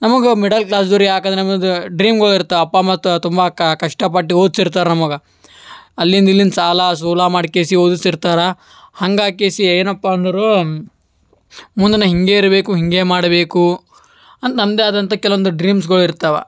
ನಮ್ಮದು ಮಿಡಲ್ ಕ್ಲಾಸವ್ರೇ ಯಾಕಂದ್ರೆ ನಮ್ಮದು ಡ್ರೀಮ್ಗಳು ಇರ್ತವೆ ಅಪ್ಪ ಅಮ್ಮ ತುಂಬ ಕಷ್ಟಪಟ್ಟು ಓದ್ಸಿರ್ತಾರೆ ನಮಗೆ ಅಲ್ಲಿಂದ ಇಲ್ಲಿಂದ ಸಾಲ ಸೂಲ ಮಾಡ್ಕೇಸಿ ಓದಿಸಿರ್ತಾರ ಹಂಗಾಗಿ ಕೇಸಿ ಏನಪ್ಪ ಅಂದ್ರೆ ಮುಂದೆ ನಾನು ಹೀಗೇ ಇರಬೇಕು ಹೀಗೇ ಮಾಡಬೇಕು ಅಂತ ನಮ್ಮದೇ ಆದಂಥ ಕೆಲವೊಂದು ಡ್ರೀಮ್ಸ್ಗಳು ಇರ್ತವೆ